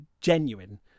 genuine